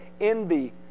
envy